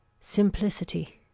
simplicity